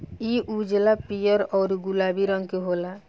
इ उजला, पीयर औरु गुलाबी रंग के होला